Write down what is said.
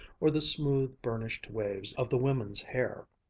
or the smooth, burnished waves of the women's hair.